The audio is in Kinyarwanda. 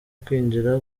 kwinjira